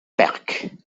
parks